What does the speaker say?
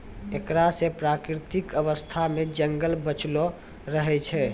एकरा से प्राकृतिक अवस्था मे जंगल बचलो रहै छै